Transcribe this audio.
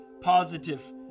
positive